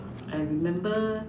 I remember